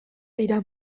dira